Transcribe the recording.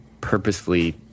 purposefully